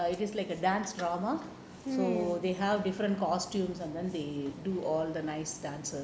err it is like a dance drama so they have different costumes and then they do all the nice dances